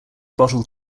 bottled